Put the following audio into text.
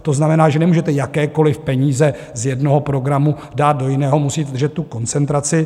To znamená, že nemůžete jakékoliv peníze z jednoho programu dát do jiného, musíte držet tu koncentraci.